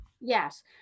Yes